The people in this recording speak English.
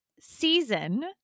season